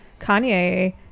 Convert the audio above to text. Kanye